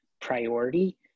priority